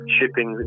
Shipping